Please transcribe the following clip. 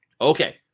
Okay